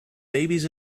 babies